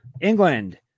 England